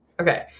Okay